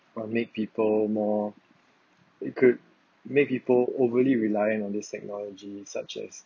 but make people more it could make people overly reliant on this technology such as